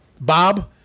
bob